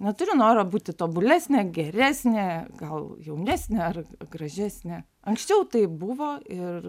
neturiu noro būti tobulesnė geresnė gal jaunesnė ar gražesnė anksčiau taip buvo ir